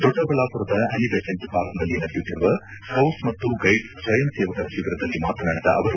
ದೊಡ್ಡಬಳ್ಳಾಪುರದ ಅನಿಬೆಸೆಂಟ್ ಪಾರ್ಕ್ನಲ್ಲಿ ನಡೆಯುತ್ತಿರುವ ಸ್ಕೌಟ್ಸ್ ಮತ್ತು ಗೈಡ್ಸ್ ಸ್ವಯಂ ಸೇವಕರ ಶಿಬಿರದಲ್ಲಿ ಮಾತನಾದಿದ ಅವರು